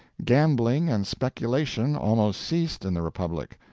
gambling and speculation almost ceased in the republic.